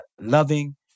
loving